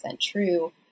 true